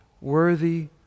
worthy